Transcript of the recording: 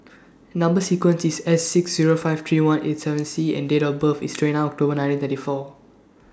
Number sequence IS S six Zero five three one eight seven C and Date of birth IS twenty nine October nineteen thirty four